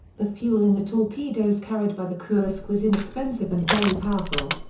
the fuel in the torpedoes carried by the kursk was inexpensive and very powerful.